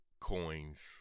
coins